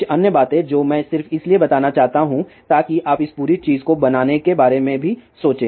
कुछ अन्य बातें जो मैं सिर्फ इसलिए बताना चाहता हूं ताकि आप इस पूरी चीज को बनाने के बारे में भी सोचें